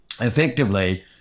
effectively